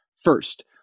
First